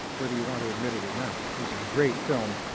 whether you want to admit it or not. it was a great film.